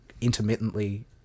intermittently